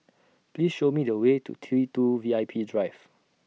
Please Show Me The Way to T two V I P Drive